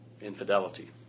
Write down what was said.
infidelity